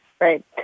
right